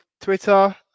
Twitter